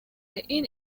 این